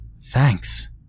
Thanks